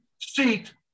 seat